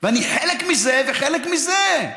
ואני חלק מזה וחלק מזה.